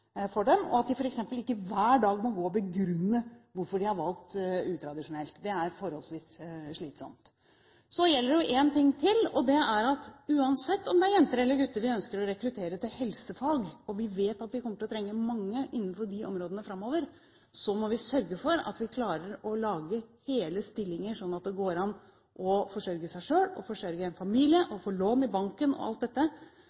for dem, og at de f.eks. ikke hver dag må begrunne hvorfor de har valgt utradisjonelt. Det er forholdsvis slitsomt. Så er det en ting til, og det er at uansett om det er jenter eller gutter vi ønsker å rekruttere til helsefag – og vi vet at vi kommer til å trenge mange innenfor de områdene framover – må vi sørge for at vi klarer å lage hele stillinger, sånn at det går an å forsørge seg selv, forsørge en familie, få lån i banken og alt dette,